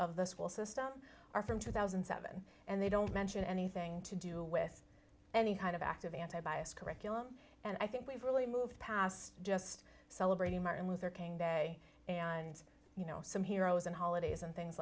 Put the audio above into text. of the school system are from two thousand and seven and they don't mention anything to do with any kind of active anti bias curriculum and i think we've really moved past just celebrating martin luther king day and you know some heroes and holidays and things